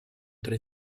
tre